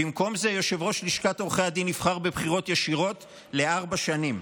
ובמקום זה יושב-ראש לשכת עורכי הדין נבחר בבחירות ישירות לארבע שנים.